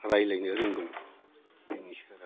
रायज्लायनो रोंगौ बिनोसै आरो